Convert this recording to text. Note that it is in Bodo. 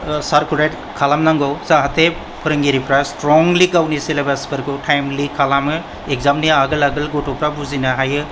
सारकुलेट खालाम नांगौ जाहाथे फोरोंगिरिफ्रा स्ट्रंलि गावनि सिलेबासफोरखौ टाइमलि खालामो एग्जामनि आगोल आगोल गथ'फ्रा बुजिनो हायो